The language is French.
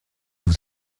vous